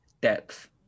depth